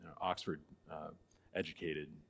Oxford-educated